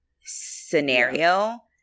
scenario